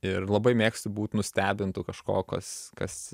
ir labai mėgstu būt nustebintu kažko kas kas